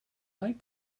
like